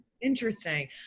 Interesting